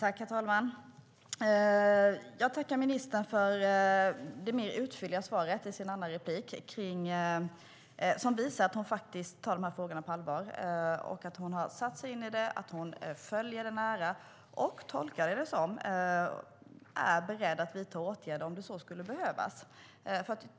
Herr talman! Jag tackar ministern för det mer fylliga svaret i det andra inlägget. Det visar att hon tar det på allvar, har satt sig in i det, följer det nära och, som jag tolkar det, är beredd att vidta åtgärder om så skulle behövas.